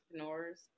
entrepreneurs